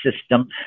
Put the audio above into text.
system